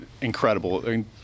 incredible